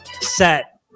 set